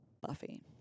Buffy